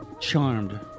Charmed